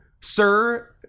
Sir